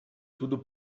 tudo